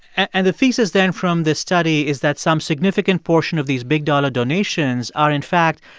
and the thesis then from this study is that some significant portion of these big-dollar donations are, in fact,